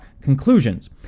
conclusions